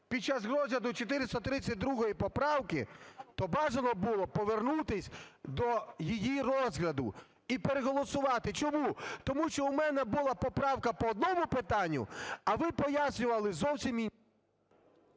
під час розгляду 432 поправки, то бажано б було повернутись до її розгляду і переголосувати. Чому? Тому що в мене була поправка по одному питанню, а ви пояснювали зовсім…